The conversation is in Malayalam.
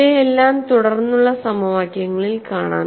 ഇവയെല്ലാം തുടർന്നുള്ള സമവാക്യങ്ങളിൽ കാണാം